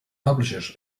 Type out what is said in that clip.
publishers